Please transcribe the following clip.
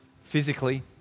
physically